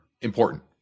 important